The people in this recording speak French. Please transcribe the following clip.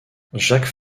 jacques